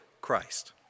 Christ